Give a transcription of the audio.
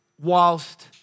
whilst